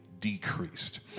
decreased